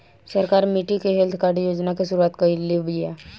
सरकार मिट्टी health card योजना के शुरूआत काइले बिआ